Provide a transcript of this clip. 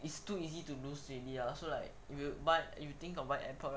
it's too easy to lose already ah so like you but you think of buying airpods